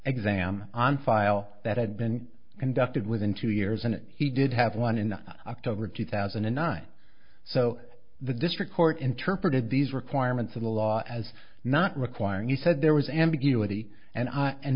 exam on file that had been conducted within two years and he did have one in october two thousand and nine so the district court interpreted these requirements of the law as not requiring you said there was ambiguity and i and